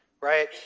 right